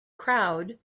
crowd